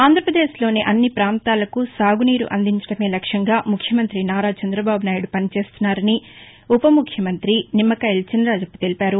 ఆంధ్రప్రదేశ్ లోని అన్ని ప్రాంతాలకు సాగునీరు అందించడమే లక్ష్యంగా ముఖ్యమంత్రి నారా చంద్రబాబు నాయుడు పనిచేస్తున్నారని ఉపముఖ్యమంత్రి నిమ్మకాయల చినరాజప్ప తెలిపారు